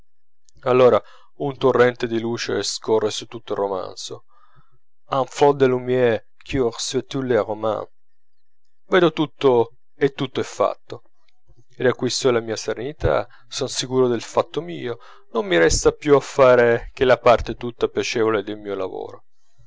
allora un torrente di luce scorre su tutto il romanzo un flot de lumière coule sur tout le roman vedo tutto e tutto è fatto riacquisto la mia serenità son sicuro del fatto mio non mi resta più a fare che la parte tutta piacevole del mio lavoro